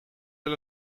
wel